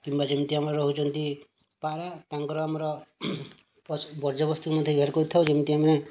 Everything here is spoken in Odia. କିମ୍ବା ଯେମିତି ଆମର ହଉଚନ୍ତି ପାରା ତାଙ୍କର ଆମର ବର୍ଜ୍ୟବସ୍ତୁ ମଧ୍ୟ ଆମେ ବ୍ୟବହାର କରିଥାଉ ଯେମିତି ଆମେ